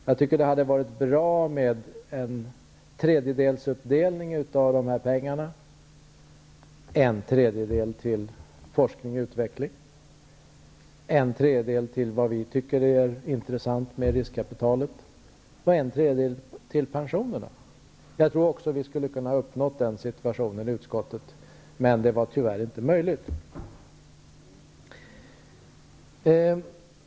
Jag tycker det hade varit bra med en uppdelning av dessa pengar så att en tredjedel kunde gå till forskning och utveckling, en tredjedel till vad vi tycker är intressant med riskkapitalet och en tredjedel till pensionerna. Jag tycker vi borde kunnat uppnå den situationen i utskottet, men nu var det tyvärr inte möjligt.